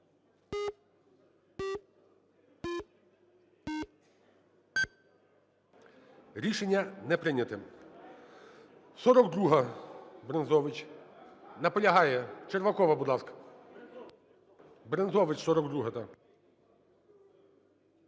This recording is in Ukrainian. Рішення не прийнято. 42-а, Брензович. Наполягає. Червакова, будь ласка. Брензович 42-а,